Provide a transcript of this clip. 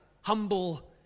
humble